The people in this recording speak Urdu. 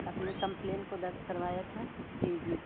اپنی کمپلین کو درج کروایا تھا جی جی